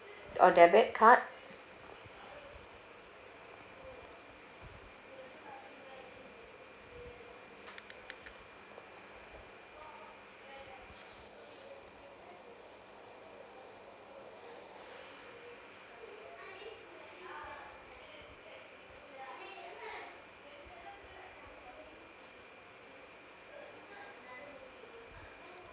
or debit card